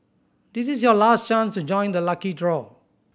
this is your last chance to join the lucky draw